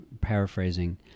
paraphrasing